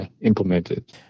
implemented